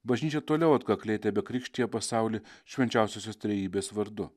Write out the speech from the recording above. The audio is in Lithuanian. bažnyčia toliau atkakliai tebekrikštija pasaulį švenčiausiosios trejybės vardu